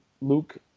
Luke